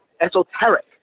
esoteric